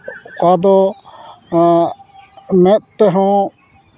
ᱚᱠᱟᱫᱚ ᱢᱮᱫ ᱛᱮᱦᱚᱸ